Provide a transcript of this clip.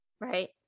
Right